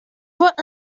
voit